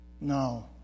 no